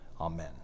amen